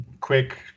quick